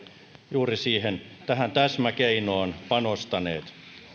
juuri tähän täsmäkeinoon panostaneet